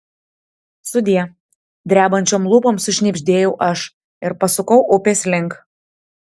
sudie drebančiom lūpom sušnibždėjau aš ir pasukau upės link